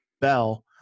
bell